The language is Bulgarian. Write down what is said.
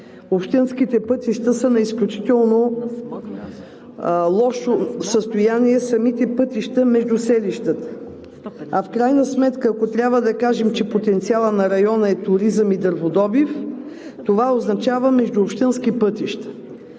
общинските пътища са в изключително лошо състояние – самите пътища между селищата. В крайна сметка, ако трябва да кажем, че потенциалът на района е туризъм и дърводобив, това означава междуобщински пътища.